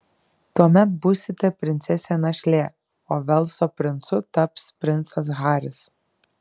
tuomet būsite princesė našlė o velso princu taps princas haris